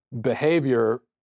behavior